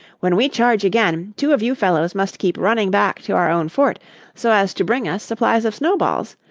when we charge again, two of you fellows must keep running back to our own fort so as to bring us supplies of snowballs.